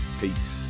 Peace